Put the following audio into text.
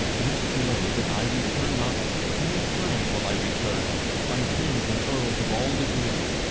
this blow that i return not ten times will i return on kings and earls of all degree,